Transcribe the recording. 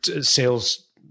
sales